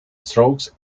stokes